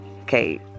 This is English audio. Okay